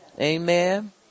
Amen